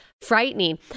frightening